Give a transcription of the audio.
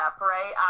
right